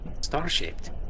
Star-shaped